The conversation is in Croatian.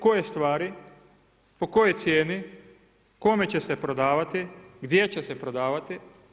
Koje stvari, po kojoj cijeni, kome će se prodavati, gdje će se prodavati?